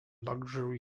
luxury